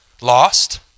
Lost